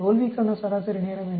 தோல்விக்கான சராசரி நேரம் என்ன